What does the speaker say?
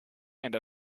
and